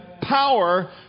power